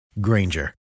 Granger